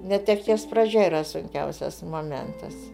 netekties pradžia yra sunkiausias momentas